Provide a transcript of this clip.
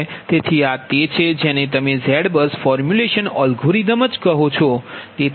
તેથી આ તે છે જેને તમે ઝેડ બસ ફોર્મ્યુલેશન એલ્ગોરિધમને જ કહો છો